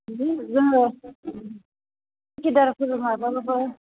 बिदिनो जोङो सुकिदारफोर माबाबाबो